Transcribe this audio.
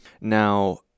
Now